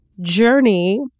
journey